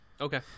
Okay